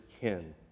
kin